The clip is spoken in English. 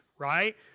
right